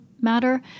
matter